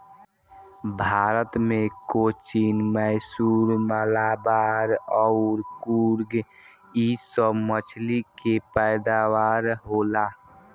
भारत मे कोचीन, मैसूर, मलाबार अउर कुर्ग इ सभ मछली के पैदावार होला